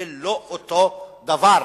זה לא אותו הדבר.